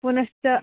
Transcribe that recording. पुनश्च